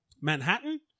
Manhattan